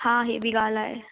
हा हीअ बि ॻाल्हि आहे